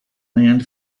land